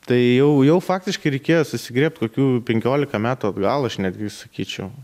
tai jau jau faktiškai reikėjo susigriebt kokių penkiolika metų atgal aš netgi sakyčiau